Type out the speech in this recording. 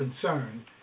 concern